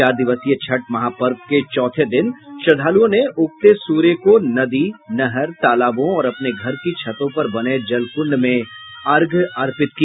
चार दिवसीय छठ महापर्व के चौथे दिन श्रद्वालुओं ने उगते सूर्य को नदी नहर तालाबों और अपने घर की छतों पर बने जलक्ंड में अर्घ्य अर्पित किया